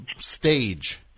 stage